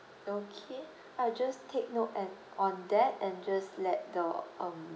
okay I'll just take note and on that and just let the um